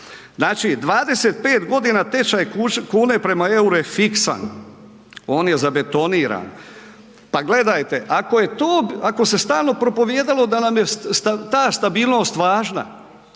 Znači, 25 godina tečaj kune prema EUR-u je fiksan, on je zabetoniran. Pa gledajte ako je to, ako se stalno propovijedalo da nam je ta stabilnost važna,